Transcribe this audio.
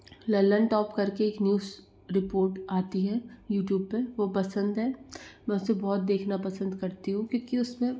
Lallan top करके एक news report आती है यूटूब पे वो पसंद है मैं उसे बहुत देखना पसंद करती हूँ क्योंकि उसमें